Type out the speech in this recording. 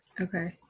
Okay